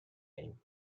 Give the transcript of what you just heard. aim